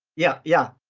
yeah, yeah.